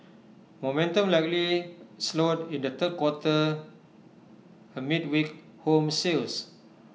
momentum likely slowed in the third quarter amid weak home sales